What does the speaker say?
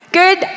Good